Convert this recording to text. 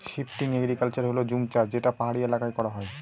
shifting agriculture হল জুম চাষ যেটা পাহাড়ি এলাকায় করা হয়